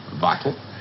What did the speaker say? vital